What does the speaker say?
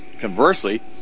conversely